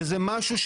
וזה משהו,